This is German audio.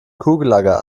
kugellager